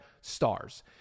stars